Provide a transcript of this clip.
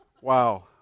wow